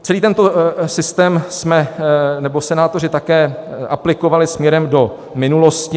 Celý tento systém jsme nebo senátoři také aplikovali směrem do minulosti.